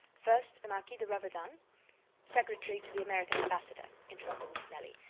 first, the marquis de raverdan secretary to the american ambassador, interrupted miss nelly.